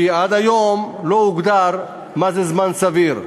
כי עד היום לא הוגדר מה זה זמן סביר.